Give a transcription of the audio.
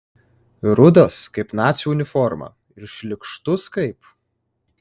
rudas kaip nacių uniforma ir šlykštus kaip